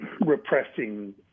repressing